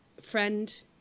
friend